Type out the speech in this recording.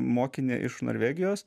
mokine iš norvegijos